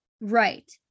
Right